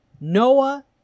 noah